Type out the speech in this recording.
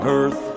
Earth